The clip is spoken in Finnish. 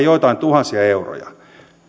joitain tuhansia euroja